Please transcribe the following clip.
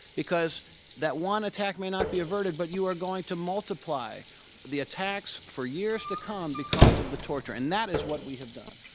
because that one attack may not be averted, but you are going to multiply the attacks for years to come because of the torture. and that is what we have done.